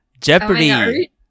Jeopardy